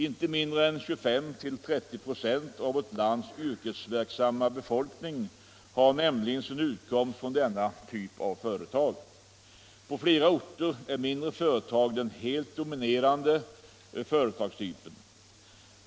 Inte mindre än 25-30 96 av vårt lands yrkesverksamma befolkning har sin utkomst från denna typ av företag. På flera orter är mindre företag den helt dominerande företagstypen.